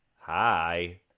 Hi